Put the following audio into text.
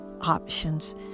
options